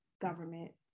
government